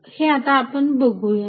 हे आता आपण बघुयात